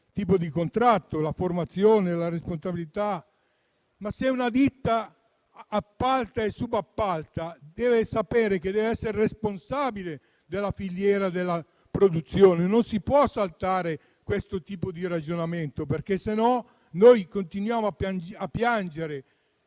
riferimento alla formazione, alla responsabilità, eccetera. Se una ditta appalta e subappalta deve sapere che è responsabile della filiera della produzione e non si può saltare questo tipo di ragionamento, perché sennò continuiamo a piangere